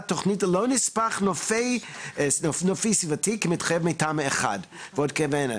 תוכנית נספח נופי סביבתי כמתחייב מטעם אחד ועוד כהנה וכהנה.